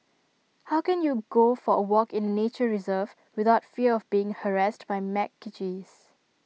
how can you go for A walk in nature reserve without fear of being harassed by macaques